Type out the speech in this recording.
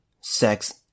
sex